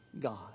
God